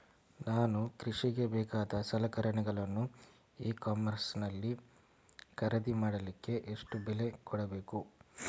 ನಾನು ಕೃಷಿಗೆ ಬೇಕಾದ ಸಲಕರಣೆಗಳನ್ನು ಇ ಕಾಮರ್ಸ್ ನಲ್ಲಿ ಖರೀದಿ ಮಾಡಲಿಕ್ಕೆ ಎಷ್ಟು ಬೆಲೆ ಕೊಡಬೇಕು?